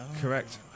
Correct